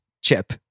chip